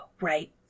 right